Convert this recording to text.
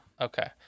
Okay